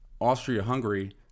Austria-Hungary